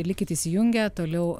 likit įsijungę toliau